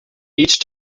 each